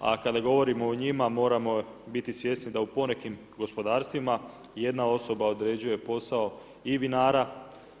a kada govorimo o njima, moramo biti svjesni da u ponekim gospodarstvima jedna osoba određuje posao i vinara